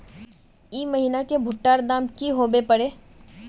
ई महीना की भुट्टा र दाम की होबे परे?